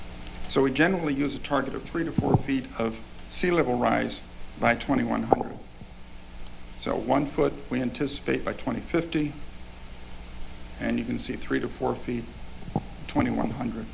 so we generally use a target of three to four feet of sea level rise by twenty one so one could we anticipate by twenty fifty and you can see three to four feet twenty one hundred